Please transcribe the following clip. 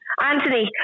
Anthony